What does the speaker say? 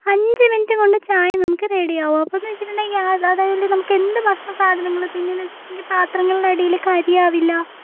അഞ്ച് മിനുട്ടും കൊണ്ട് ചായ നമുക്ക് റെഡിയാവും അപ്പൊന്നു വെച്ചിട്ടുണ്ടെങ്കിൽ അതായത് നമുക്ക് എന്ത് ഭക്ഷണ സാധനങ്ങളും പിന്നെന്നു വെച്ചിട്ടുണ്ടെങ്കിൽ പാത്രങ്ങളുടെ അടില് കരിയാവില്ല